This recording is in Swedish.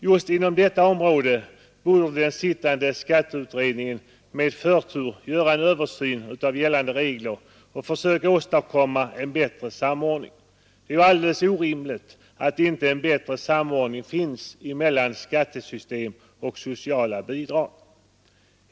Just inom detta område borde den sittande skatteutredningen med förtur göra en översyn av gällande regler och försöka åstadkomma en bättre samordning. Det är alldeles orimligt att inte en bättre samordning finns mellan skattesystem och sociala bidrag.